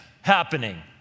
happening